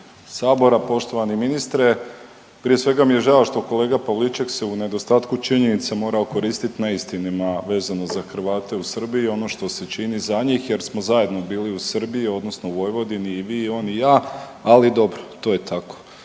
Sabora. Poštovani ministre. Prije svega mi je žao što kolega Pavliček se u nedostatku činjenica morao koristiti neistinama vezano za Hrvate u Srbiji, ono što se čini za njih jer smo zajedno bili u Srbiji odnosno Vojvodini i vi i on i ja, ali dobro. To je tako.